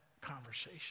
conversation